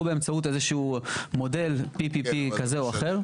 או באמצעות איזה שהוא מודל PPP כזה או אחר.